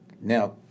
now